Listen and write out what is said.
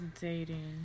Dating